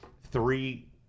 three